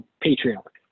patriarch